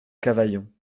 cavaillon